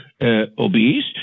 obese